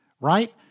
right